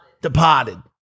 Departed